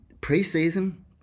pre-season